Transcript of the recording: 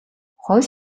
хоёр